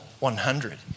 100